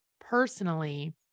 personally